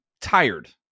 tired